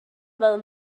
fel